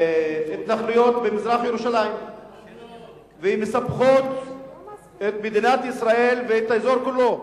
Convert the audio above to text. התנחלויות במזרח-ירושלים ומסבכות את מדינת ישראל ואת האזור כולו.